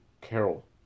Carol